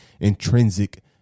intrinsic